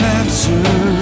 answer